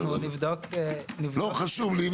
חשוב לי,